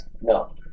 No